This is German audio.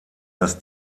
das